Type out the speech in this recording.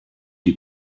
die